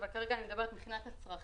אבל כרגע אני מדברת רק מבחינת הצרכים.